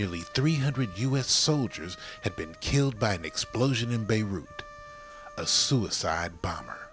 nearly three hundred u s soldiers had been killed by an explosion in beirut a suicide bomber